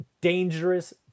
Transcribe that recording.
dangerous